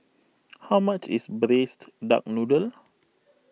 how much is Braised Duck Noodle